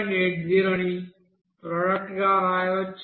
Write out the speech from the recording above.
80 ని ప్రోడక్ట్ గా వ్రాయవచ్చు